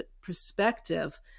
perspective